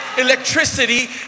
Electricity